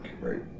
Right